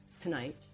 Tonight